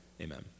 Amen